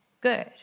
Good